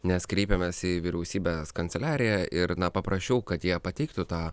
nes kreipėmės į vyriausybės kanceliariją ir paprašiau kad jie pateiktų tą